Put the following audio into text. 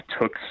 took